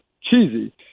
cheesy